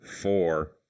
four